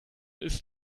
ist